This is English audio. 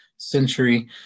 century